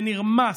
ונרמס,